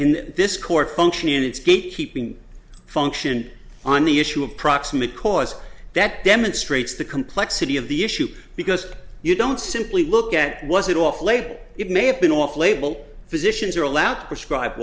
in this court function it's gate keeping function on the issue of proximate cause that demonstrates the complexity of the issue because you don't simply look at was it off label it may have been off label physicians are allowed to prescribe